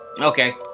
Okay